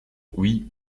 oui